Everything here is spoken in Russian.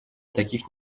таких